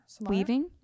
Weaving